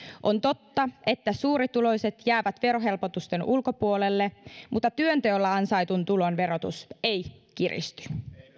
on totta että suurituloiset jäävät verohelpotusten ulkopuolelle mutta työnteolla ansaitun tulon verotus ei kiristy